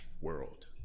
world